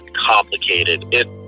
complicated